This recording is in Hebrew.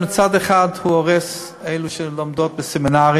מצד אחד הוא הורס לאלה שלומדות בסמינרים